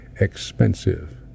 expensive